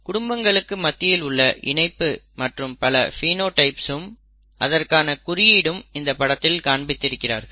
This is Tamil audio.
குடும்பங்களுக்கு மத்தியில் உள்ள இணைப்பு மற்றும் பல பினோடைப்ஸ் உம் அதற்கான குறியீடும் இந்த படத்தில் காண்பித்திருக்கிறார்கள்